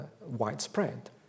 widespread